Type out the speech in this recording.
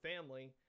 family